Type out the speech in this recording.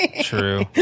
True